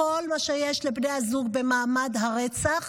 את כל מה שיש לבני הזוג במעמד הרצח,